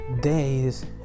days